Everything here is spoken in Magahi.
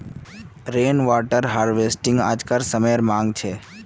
रेन वाटर हार्वेस्टिंग आज्कार समयेर मांग छे